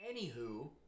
Anywho